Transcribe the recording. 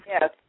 yes